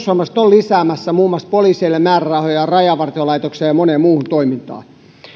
ja siihen perussuomalaiset ovat lisäämässä määrärahoja muun muassa poliiseille ja rajavartiolaitokseen ja moneen muuhun toimintaan